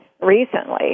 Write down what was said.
recently